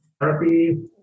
therapy